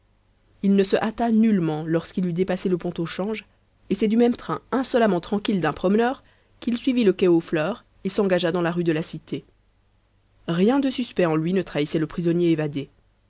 il ne se hâta nullement lorsqu'il eût dépassé le pont au change et c'est du même train insolemment tranquille d'un promeneur qu'il suivit le quai aux fleurs et s'engagea dans la rue de la cité rien de suspect en lui ne trahissait le prisonnier évadé